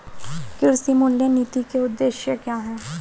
कृषि मूल्य नीति के उद्देश्य क्या है?